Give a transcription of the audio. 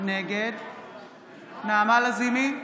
נגד נעמה לזימי,